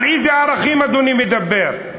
על אילו ערכים אדוני מדבר?